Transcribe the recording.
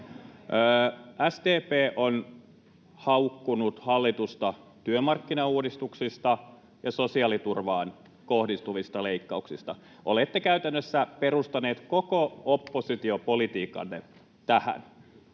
SDP on haukkunut hallitusta työmarkkinauudistuksista ja sosiaaliturvaan kohdistuvista leikkauksista. Olette käytännössä perustaneet koko oppositiopolitiikkanne tähän.